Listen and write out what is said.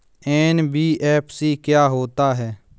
NBFC क्या होता है?